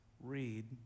read